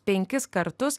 penkis kartus